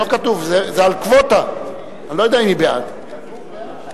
הצעת החוק הזאת באה לשפר